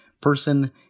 person